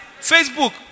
Facebook